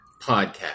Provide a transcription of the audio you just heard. podcast